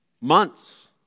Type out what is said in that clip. Months